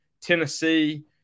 Tennessee